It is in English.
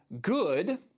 good